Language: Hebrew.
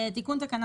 תקנה